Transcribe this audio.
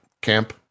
camp